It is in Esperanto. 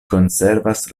konservas